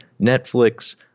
Netflix